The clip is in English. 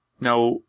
Now